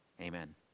Amen